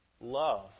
love